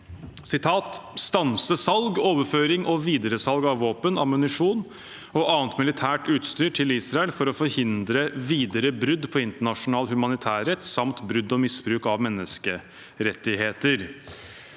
«stanse salg, overføring og videresalg av våpen, ammunisjon og annet militært utstyr til Israel (…) for å forhindre videre brudd på internasjonal humanitærrett samt brudd og misbruk av menneskerettigheter».